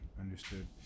understood